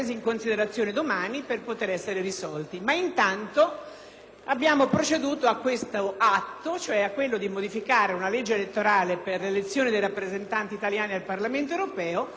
abbiamo proceduto a questo atto, ossia a modificare la legge elettorale per l'elezione dei rappresentanti italiani al Parlamento europeo, alzando lo sbarramento al 4